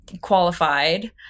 qualified